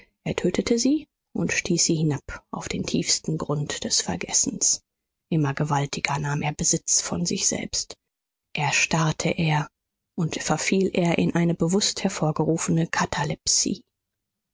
tötete sie und stieß sie hinab auf den tiefsten grund des vergessens immer gewaltiger nahm er besitz von sich selbst erstarrte er und verfiel er in eine bewußt hervorgerufene